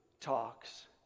talks